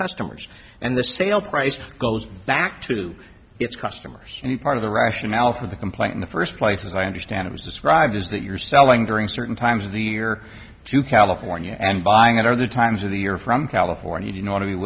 customers and the sale price goes back to its customers any part of the rationale for the complaint in the first place as i understand it was described is that you're selling during certain times of the year to california and buying it are the times of the year from california